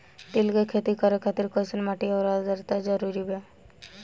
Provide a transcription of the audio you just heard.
तिल के खेती करे खातिर कइसन माटी आउर आद्रता जरूरी बा?